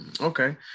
Okay